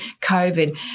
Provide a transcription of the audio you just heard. covid